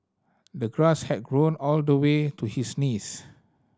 the grass had grown all the way to his knees